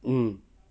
mm